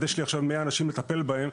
אז יש עכשיו 100 אנשים לטפל בהם,